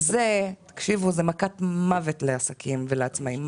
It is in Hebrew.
תשמעו, זאת מכת מוות לעצמאים ולעסקים.